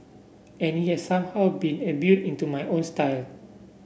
and it has somehow been imbued into my own style